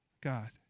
God